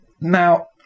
Now